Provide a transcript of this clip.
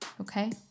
okay